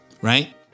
Right